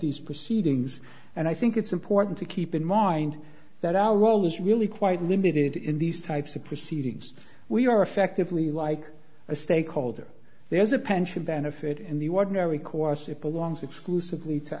these proceedings and i think it's important to keep in mind that our role is really quite limited in these types of proceedings we are effectively like a stakeholder there's a pension benefit in the ordinary course it belongs exclusively to